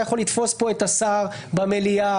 היה יכול לתפוס את השר במליאה,